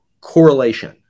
correlation